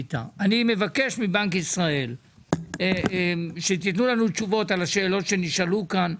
אני מבקש מבנק ישראל שתיתנו לנו תשובות על השאלות שנשאלו כאן.